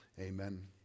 Amen